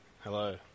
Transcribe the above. Hello